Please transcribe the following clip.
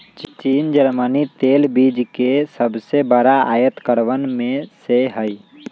चीन जर्मनी तेल बीज के सबसे बड़ा आयतकरवन में से हई